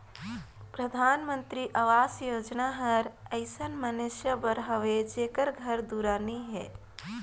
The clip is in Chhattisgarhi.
परधानमंतरी अवास योजना हर अइसन मइनसे बर हवे जेकर घर दुरा नी हे